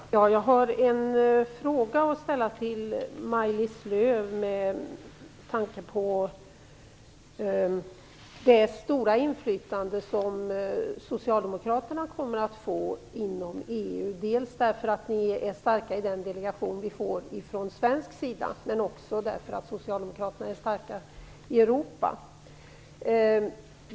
Fru talman! Jag vill ställa en fråga till Maj-Lis Lööw med tanke på det stora inflytande som socialdemokraterna kommer att få inom EU, dels därför att de blir starka i den svenska delegationen, dels därför att socialdemokraterna är starka i Europa.